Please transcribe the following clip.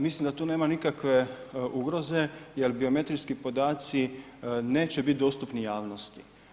Mislim da tu nema nikakve ugroze jel biometrijski podaci neće biti dostupni javnosti.